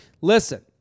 Listen